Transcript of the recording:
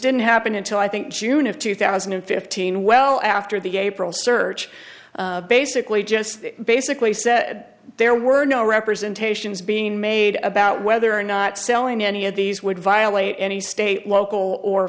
didn't happen until i think june of two thousand and fifteen well after the april search basically just basically said there were no representations being made about whether or not selling any of these would violate any state local or